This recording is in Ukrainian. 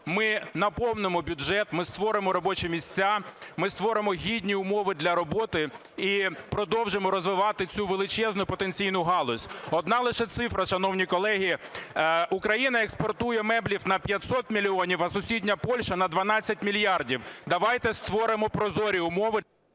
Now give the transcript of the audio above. ми наповнимо бюджет, ми створимо робочі місця, ми створимо гідні умови для роботи і продовжимо розвивати цю величезну потенційну галузь. Одна лише цифра, шановні колеги. Україна експортує меблів на 500 мільйонів, а сусідня Польща – на 12 мільярдів. Давайте створимо прозорі умови…